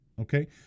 Okay